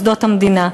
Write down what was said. מוסדות המדינה.